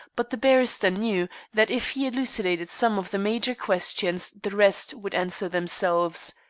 but the barrister knew that if he elucidated some of the major questions the rest would answer themselves.